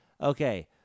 Okay